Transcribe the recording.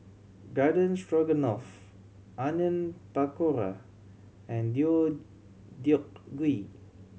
Garden Stroganoff Onion Pakora and Deodeok Gui